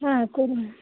हा कुर्मः